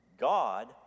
God